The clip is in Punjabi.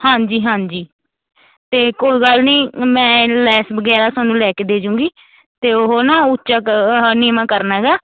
ਹਾਂਜੀ ਹਾਂਜੀ ਅਤੇ ਕੋਈ ਗੱਲ ਨਹੀਂ ਮੈਂ ਲੈਸ ਵਗੈਰਾ ਤੁਹਾਨੂੰ ਲੈ ਕੇ ਦੇ ਜਾਊਂਗੀ ਅਤੇ ਉਹ ਨਾ ਉੱਚਾ ਕ ਹ ਨੀਵਾਂ ਕਰਨਾ ਹੈਗਾ